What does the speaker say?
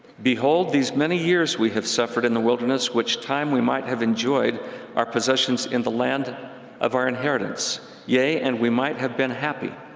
behold, these many years we have suffered in the wilderness, which time we might have enjoyed our possessions and the land of our inheritance yea, and we might have been happy.